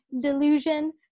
delusion